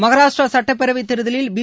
மகாராஷ்டிரா சட்டப்பேரவை தேர்தலில் பி